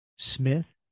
smith